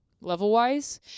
level-wise